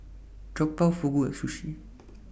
Jokbal Fugu and Sushi